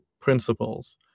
principles